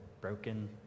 broken